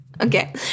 Okay